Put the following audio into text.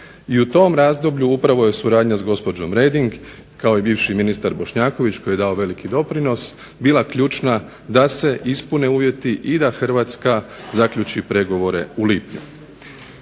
I u tom razdoblju upravo je suradnja sa gospođom Reading kao i bivši ministar Bošnjaković koji je dao veliki doprinos bila ključna da se ispune uvjeti i da Hrvatska zaključi pregovore u lipnju.